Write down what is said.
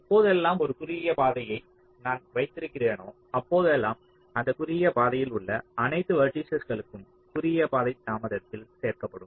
எப்பொழுதெல்லாம் ஒரு குறுகிய பாதையை நான் வைத்திருக்கிறேனோ அப்பொழுதெல்லாம் அந்த குறுகிய பாதையில் உள்ள அனைத்து வெர்ட்டிஸஸ்களுக்கும் குறுகிய பாதை தாமதத்தில் சேர்க்கப்படும்